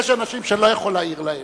יש אנשים שאני לא יכול להעיר להם,